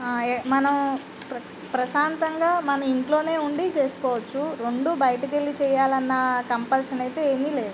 యె మనం ప్ర ప్రశాంతంగా మన ఇంట్లోనే ఉండి చేసుకోవచ్చు రెండూ బయటకెళ్లి చేయాలన్న కంపల్షన్ అయితే ఏమీలేదు